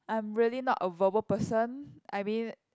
I'm really not a verbal person I mean